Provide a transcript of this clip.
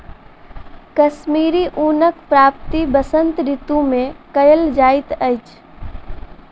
कश्मीरी ऊनक प्राप्ति वसंत ऋतू मे कयल जाइत अछि